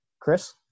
Chris